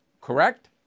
Correct